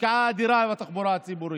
השקעה אדירה בתחבורה הציבורית: